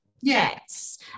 Yes